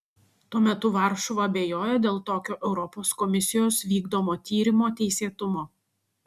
tuo metu varšuva abejoja dėl tokio europos komisijos vykdomo tyrimo teisėtumo